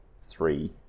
three